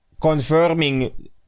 confirming